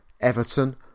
Everton